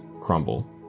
crumble